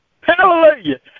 Hallelujah